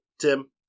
Tim